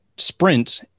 sprint